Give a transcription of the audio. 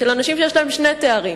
לאנשים שיש להם שני תארים,